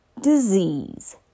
disease